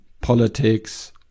politics